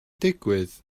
digwydd